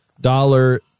dollar